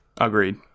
Agreed